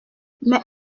mais